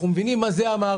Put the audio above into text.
אנחנו מבינים מה זה אמר,